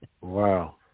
Wow